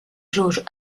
jauge